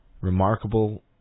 remarkable